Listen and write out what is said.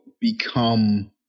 become